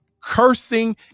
cursing